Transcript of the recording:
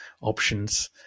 options